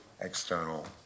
external